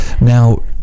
Now